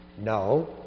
No